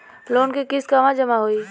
Loan के किस्त कहवा जामा होयी?